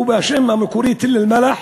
השם המקורי תל-אלמלח,